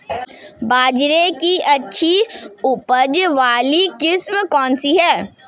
बाजरे की अच्छी उपज वाली किस्म कौनसी है?